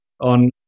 on